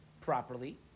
properly